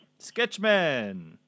Sketchman